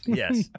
yes